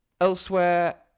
Elsewhere